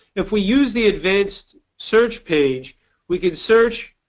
if we use the advanced search page we can search